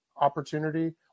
opportunity